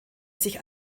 sich